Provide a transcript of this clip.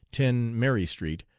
ten mary street,